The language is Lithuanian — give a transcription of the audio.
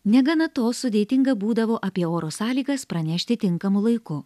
negana to sudėtinga būdavo apie oro sąlygas pranešti tinkamu laiku